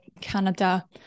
Canada